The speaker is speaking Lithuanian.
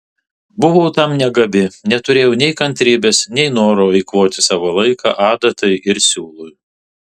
buvau tam negabi neturėjau nei kantrybės nei noro eikvoti savo laiką adatai ir siūlui